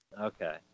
Okay